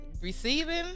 Receiving